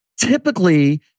Typically